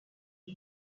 est